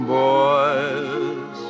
boys